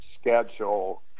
schedule